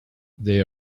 they